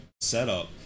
setup